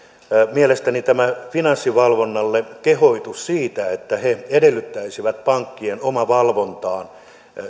mielestäni finanssivalvonnalle kehotus siitä että he edellyttäisivät pankkien omavalvontaan